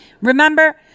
Remember